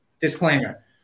disclaimer